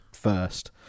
first